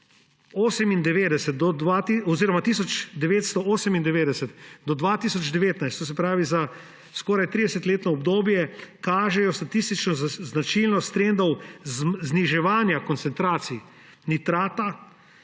1998 do 2019, to se pravi za skoraj 30-letno obdobje, kažejo statistično značilnost trendov zniževanja koncentracij nitrata,